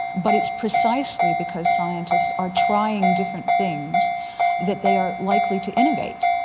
but it's precisely because scientists are trying different things that they are likely to innovate.